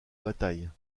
bataille